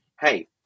hey